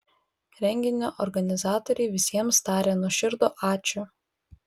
renginio organizatoriai visiems taria nuoširdų ačiū